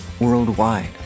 worldwide